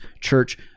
church